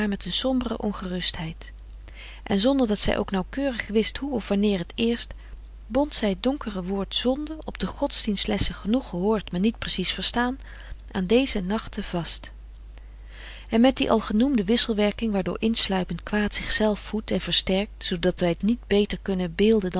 een sombere ongerustheid en zonder dat zij ooit nauwkeurig wist hoe of wanneer t eerst bond zij t donkere woord zonde op de godsdienstlessen genoeg gehoord maar niet precies verstaan aan deze nachten vast en met die al genoemde wisselwerking waardoor insluipend kwaad zichzelf voedt en versterkt zoodat wij t niet beter kunnen beelden